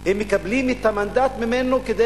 הם מקבלים את המנדט ממנו כדי